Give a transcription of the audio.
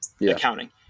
accounting